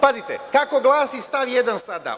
Pazite kako glasi stav 1. sada.